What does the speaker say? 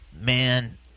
man